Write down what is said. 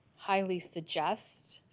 highly suggests